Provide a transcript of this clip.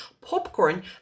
popcorn